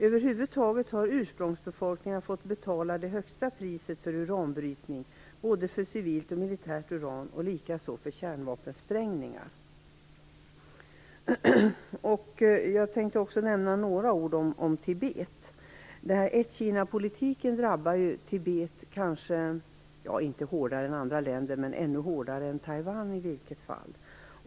Över huvud taget har ursprungsbefolkningen fått betala det högsta priset för uranbrytning, både för civilt och för militärt uran. Detsamma gäller för kärnvapensprängningar. Jag vill också nämna några ord om Tibet. Ett Kina-politiken drabbar ju Tibet ännu hårdare än vad Taiwan drabbas.